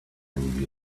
and